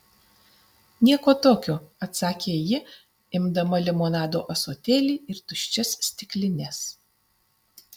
nieko tokio atsakė ji imdama limonado ąsotėlį ir tuščias stiklines